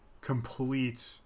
complete